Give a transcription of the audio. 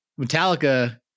Metallica